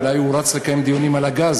אולי הוא רץ לקיים דיונים על הגז,